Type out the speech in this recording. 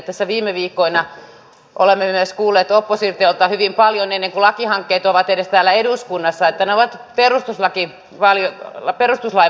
tässä viime viikkoina olemme myös kuulleet oppositiolta hyvin paljon ennen kuin lakihankkeet ovat edes täällä eduskunnassa että ne ovat perustuslain vastaisia